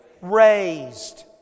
Raised